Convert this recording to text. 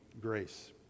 grace